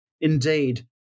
Indeed